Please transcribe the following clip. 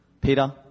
Peter